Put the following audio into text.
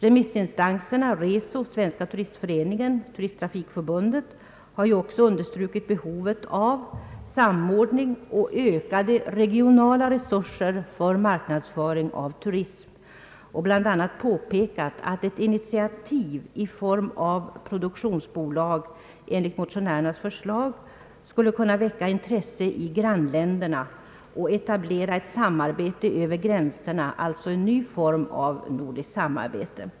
Remissinstanserna Reso, Svenska turistföreningen och Svenska turisttrafikförbundet har också understrukit behovet av samordning och ökade regionala resurser för marknadsföring av turism och bl.a. påpekat att ett initiativ i form av produktionsbolag enligt motionärernas förslag skulle kunna väcka intresse i grannländerna och skapa möjligheter att etablera ett samarbete över gränserna, dvs. en ny form av nordiskt samarbete.